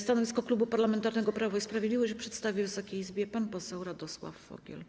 Stanowisko Klubu Parlamentarnego Prawo i Sprawiedliwość przedstawi Wysokiej Izbie pan poseł Radosław Fogiel.